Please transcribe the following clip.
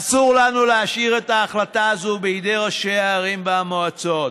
אסור לנו להשאיר את ההחלטה הזאת בידי ראשי הערים והמועצות.